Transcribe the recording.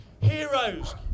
Heroes